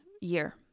year